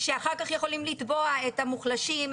שאחר כך יכולים לתבוע את מוחלשים,